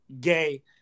gay